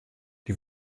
die